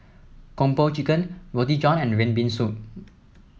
Kung Po Chicken Roti John and red bean soup